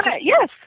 Yes